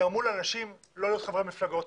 גרמו לאנשים לא להיות חברי מפלגות,